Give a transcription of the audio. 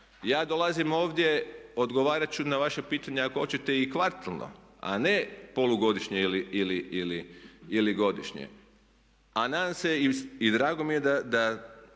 Ja dolazim ovdje, odgovarati ću na vaša pitanja ako hoćete i kvartalno a ne polugodišnje ili godišnje. A nadam se i drago mi je da